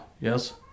yes